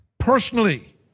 personally